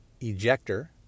ejector